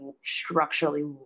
structurally